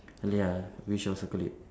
ya we shall circle it